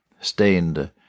stained